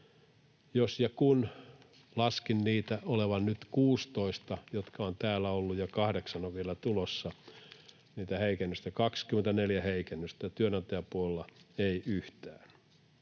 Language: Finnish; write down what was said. Laskin heikennyksiä olevan nyt 16, jotka ovat täällä olleet, ja kahdeksan on vielä tulossa, eli 24 heikennystä, ja työnantajapuolella ei yhtään.